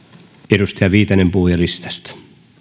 edustaja viitanen puhujalistasta